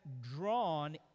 drawn